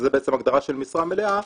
שזו הגדרה של משרה מלאה,